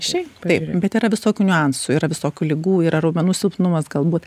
šiaip taip bet yra visokių niuansų yra visokių ligų yra raumenų silpnumas galbūt